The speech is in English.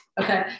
Okay